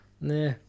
Nah